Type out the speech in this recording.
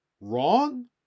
Wrong